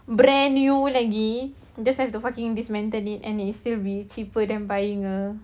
brand new lagi just have to fucking dismantle it and it is still very cheaper than buying a